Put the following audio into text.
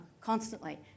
constantly